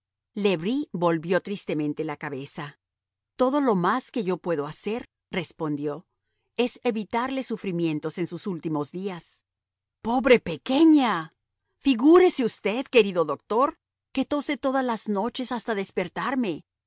le bris movió tristemente la cabeza todo lo más que yo puedo hacer respondió es evitarle sufrimientos en sus últimos días pobre pequeña figúrese usted querido doctor que tose todas las noches hasta despertarme